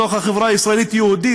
בתוך החברה הישראלית-יהודית,